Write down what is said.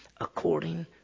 according